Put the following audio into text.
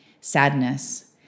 sadness